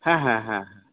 হ্যাঁ হ্যাঁ হ্যাঁ হ্যাঁ